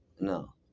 No